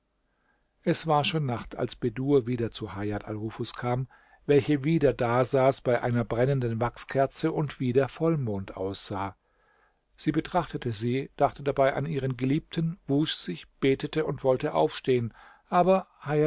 es war schon nacht als bedur wieder zu hajat al nufus kam welche wieder dasaß bei einer brennenden wachskerze und wie der vollmond aussah sie betrachtete sie dachte dabei an ihren geliebten wusch sich betete und wollte aufstehen aber